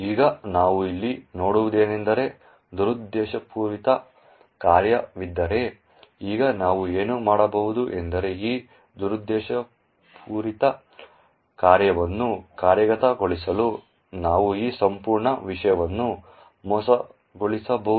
ಈಗ ನಾವು ಇಲ್ಲಿ ನೋಡುವುದೇನೆಂದರೆ ದುರುದ್ದೇಶಪೂರಿತ ಕಾರ್ಯವಿದ್ದರೆ ಈಗ ನಾವು ಏನು ಮಾಡಬಹುದು ಎಂದರೆ ಈ ದುರುದ್ದೇಶಪೂರಿತ ಕಾರ್ಯವನ್ನು ಕಾರ್ಯಗತಗೊಳಿಸಲು ನಾವು ಈ ಸಂಪೂರ್ಣ ವಿಷಯವನ್ನು ಮೋಸಗೊಳಿಸಬಹುದು